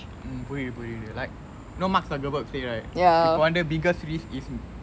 mm புரியிது புரியிது:puriyithu puriyithu like know mark zuckerburg say right இப்போ வந்து:ippo vanthu biggest risk is